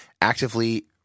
actively